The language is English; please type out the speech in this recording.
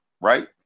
Right